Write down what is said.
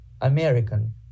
American